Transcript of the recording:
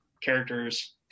characters